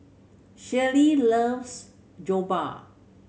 Shirlie loves Jokbal